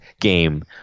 game